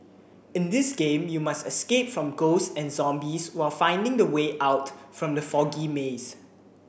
in this game you must escape from ghosts and zombies while finding the way out from the foggy maze